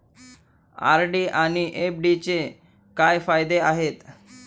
RD आणि एफ.डीचे काय फायदे आहेत?